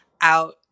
out